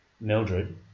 Mildred